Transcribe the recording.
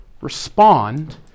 respond